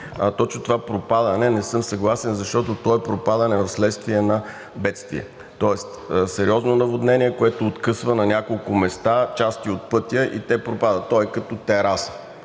точно това пропадане не съм съгласен, защото то е пропадане вследствие на бедствие. Тоест сериозно наводнение, което откъсва на няколко места части от пътя и те пропадат – то е като тераса